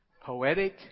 poetic